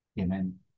Amen